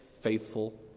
faithful